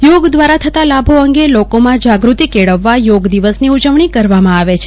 યોગ દ્વારા થતા લાભો અંગે લોકોમાં જાગૃતી કેળવવા યોગ દિવસની ઉજવણી કરવામાં આવે છે